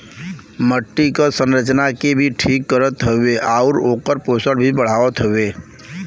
मट्टी क संरचना के भी ठीक करत हउवे आउर ओकर पोषण भी बढ़ावत हउवे